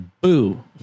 Boo